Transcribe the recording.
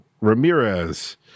Ramirez